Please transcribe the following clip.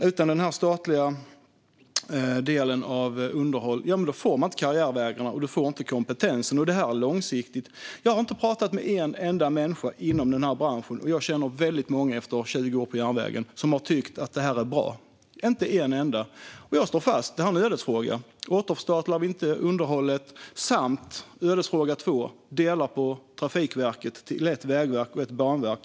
Utan den statliga delen av underhåll får man inte karriärvägarna, och du får inte kompetensen. Det är långsiktigt. Jag har inte talat med en enda människa inom branschen - och jag känner väldigt många efter 20 år på järnvägen - som har tyckt att det här är bra. Inte en enda. Jag står fast vid att det är en ödesfråga om vi inte återförstatligar underhållet. Ödesfråga två är att vi delar på Trafikverket till ett vägverk och ett banverk.